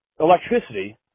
electricity